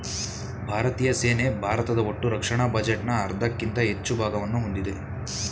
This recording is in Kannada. ಭಾರತೀಯ ಸೇನೆ ಭಾರತದ ಒಟ್ಟುರಕ್ಷಣಾ ಬಜೆಟ್ನ ಅರ್ಧಕ್ಕಿಂತ ಹೆಚ್ಚು ಭಾಗವನ್ನ ಹೊಂದಿದೆ